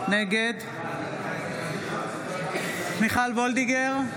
נגד מיכל מרים וולדיגר,